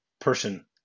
person